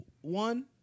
One